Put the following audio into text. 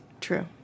True